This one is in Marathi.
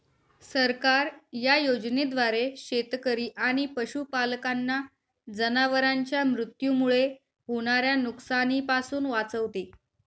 सरकार या योजनेद्वारे शेतकरी आणि पशुपालकांना जनावरांच्या मृत्यूमुळे होणाऱ्या नुकसानीपासून वाचवते